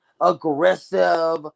aggressive